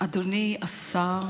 אדוני השר